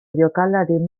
jokalari